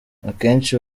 akenshi